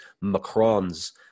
Macron's